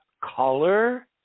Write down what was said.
color